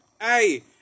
Hey